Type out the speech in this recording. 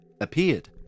appeared